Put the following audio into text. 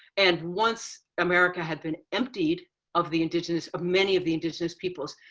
and once america had been emptied of the indigenous of many of the indigenous peoples,